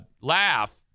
laugh